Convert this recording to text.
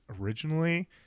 Originally